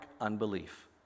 unbelief